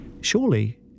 Surely